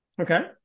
Okay